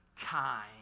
time